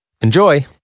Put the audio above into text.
Enjoy